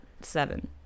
Seven